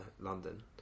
London